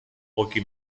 pochi